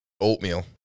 oatmeal